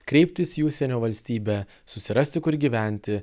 kreiptis į užsienio valstybę susirasti kur gyventi